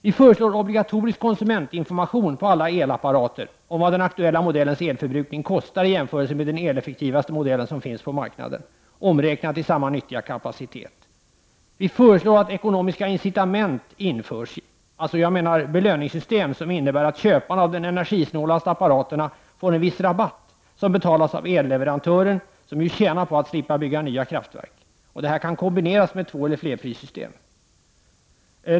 Vi föreslår att alla elapparater förses med obligatorisk konsumentinformation om vad den aktuella modellens elförbrukning kostar i jämförelse med den eleffektivaste modellen som finns på marknaden, omräknat till samma nyttiga kapacitet. Vi föreslår att ekonomiska incitament införs, dvs. belöningssystem som innebär att de som köper de energisnålaste apparaterna får en viss rabatt som betalas av elleverantören, som ju tjänar på att slippa bygga nya kraftverk. Det kan kombineras med tvåeller flerprissystem.